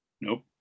Nope